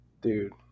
Dude